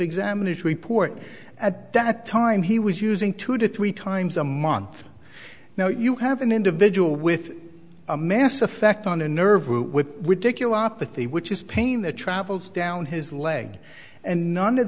examination report at that time he was using two to three times a month now you have an individual with a mass effect on a nerve with ridiculous apathy which is pain that travels down his leg and none of